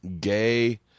gay –